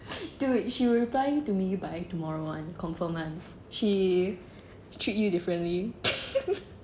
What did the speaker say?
dude it she will replying to me by tomorrow [one] confirm [one] she treat you differently